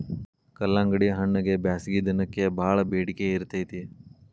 ಕಲ್ಲಂಗಡಿಹಣ್ಣಗೆ ಬ್ಯಾಸಗಿ ದಿನಕ್ಕೆ ಬಾಳ ಬೆಡಿಕೆ ಇರ್ತೈತಿ